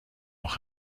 noch